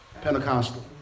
Pentecostal